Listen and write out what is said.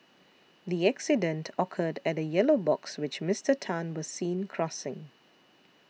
the accident occurred at a yellow box which Mister Tan was seen crossing